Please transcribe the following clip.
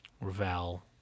Ravel